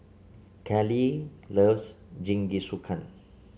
Kaley loves Jingisukan